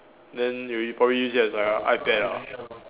then you probably use that as like a iPad ah